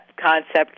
concept